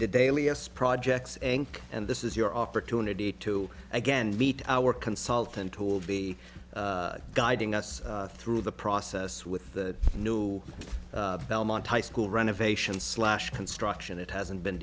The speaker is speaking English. the daily s projects and this is your opportunity to again meet our consultant who will be guiding us through the process with the new belmont high school renovation slash construction it hasn't been